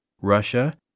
Russia